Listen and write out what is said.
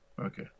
Okay